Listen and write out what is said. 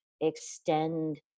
extend